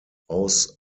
aus